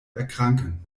erkranken